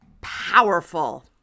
powerful